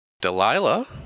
Delilah